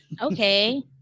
okay